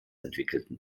entwickelten